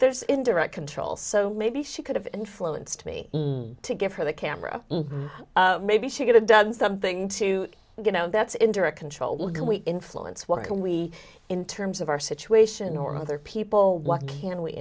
there's indirect control so maybe she could have influenced me to give her the camera maybe she could have done something to get no that's into a control can we influence what can we in terms of our situation or other people what can we